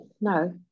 No